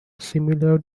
similar